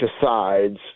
decides